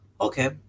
Okay